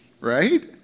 Right